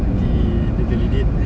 nanti dia validate